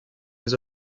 les